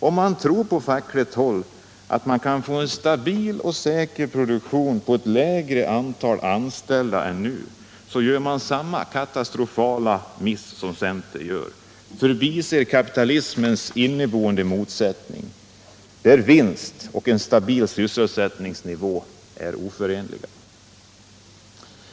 Om man på fackligt håll tror att man kan få en stabil och säker produktion med ett lägre antal anställda än nu gör man samma katastrofala miss som centern gör — man förbiser kapitalismens inneboende motsättning: vinst och stabil sysselsättnings nivå är oförenliga.